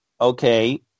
okay